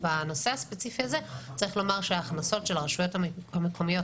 בנושא הספציפי הזה צריך לומר שההכנסות של הרשויות המקומיות